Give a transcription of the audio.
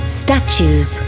statues